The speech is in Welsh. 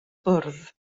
bwrdd